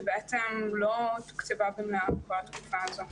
שלא תוקצבה בכל התקופה הזאת.